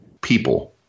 People